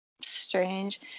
Strange